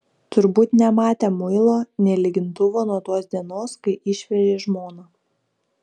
turbūt nematę muilo nė lygintuvo nuo tos dienos kai išvežė žmoną